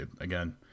again